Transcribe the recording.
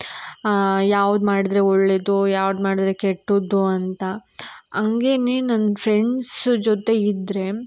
ಯಾವ್ದು ಮಾಡಿದ್ರೆ ಒಳ್ಳೆಯದು ಯಾವ್ದು ಮಾಡಿದ್ರೆ ಕೆಟ್ಟದ್ದು ಅಂತ ಹಂಗೆನೇ ನನ್ನ ಫ್ರೆಂಡ್ಸು ಜೊತೆ ಇದ್ದರೆ